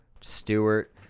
Stewart